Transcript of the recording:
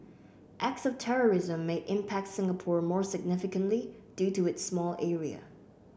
acts of terrorism may impact Singapore more significantly due to its small area